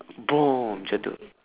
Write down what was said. boom jatuh